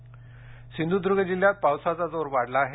पाऊस सिंधुदूर्ग जिल्ह्यात पावसाचा जोर वाढला आहे